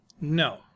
No